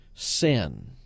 sin